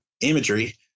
imagery